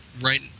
Right